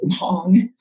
long